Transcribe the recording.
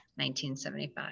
1975